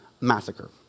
massacre